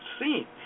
seen